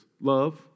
Love